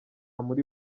muri